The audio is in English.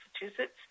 Massachusetts